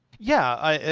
yeah.